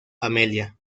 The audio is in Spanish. amelia